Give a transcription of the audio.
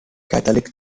catholic